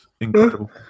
Incredible